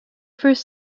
first